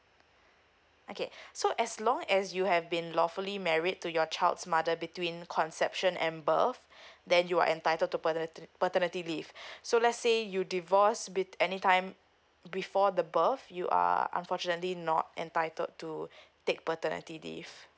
okay so as long as you have been lawfully married to your child's mother between conception and birth then you are entitled to paterni~ paternity leave so lets say you divorce bet~ any time before the birth you are unfortunately not entitled to take paternity leave